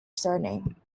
surname